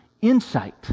insight